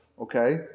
okay